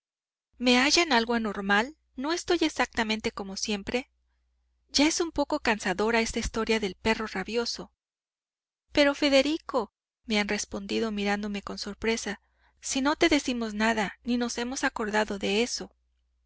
me hallan algo anormal no estoy exactamente como siempre ya es un poco cansadora esta historia del perro rabioso pero federico me han respondido mirándome con sorpresa si no te decimos nada ni nos hemos acordado de eso